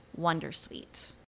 wondersuite